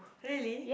really